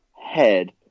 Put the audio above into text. head